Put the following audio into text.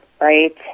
right